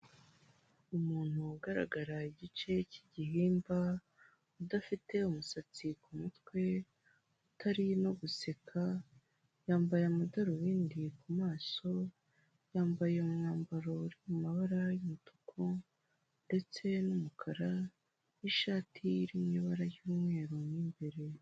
Umuntu ugaragara igice cy'igihimba udafite umusatsi ku mutwe utarimo guseka yambaye amadarubindi ku maso yambaye umwambaro uri mumabara y'umutuku ndetse n'umukara nishati iri mu ibara ry'umweru n'imbere.